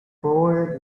bower